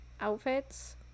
Outfits